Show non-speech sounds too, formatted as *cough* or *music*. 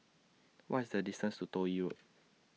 What IS The distance to Toh Yi Road *noise*